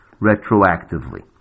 retroactively